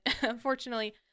unfortunately